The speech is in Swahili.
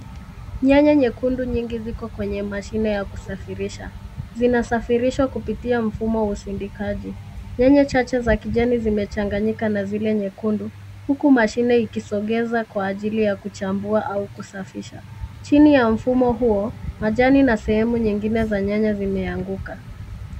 Nyanya nyekundu nyingi ziko kwenye mashine ya kusafirisha. Zinasafirishwa kupitia mfumo wa usindikaji. N,yanya chache za kijani zimechanganyika za zile nyekundu, huku mashine ikisogeza kwa ajili ya kuchambua au kusafisha. Chini ya mfumo huo majani na sehemu nyingine nyanya zimeanguka.